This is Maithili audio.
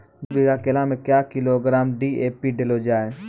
दू बीघा केला मैं क्या किलोग्राम डी.ए.पी देले जाय?